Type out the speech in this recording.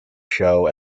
show